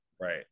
right